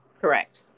Correct